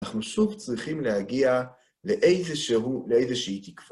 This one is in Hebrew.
אנחנו שוב צריכים להגיע לאיזה שהיא תקווה.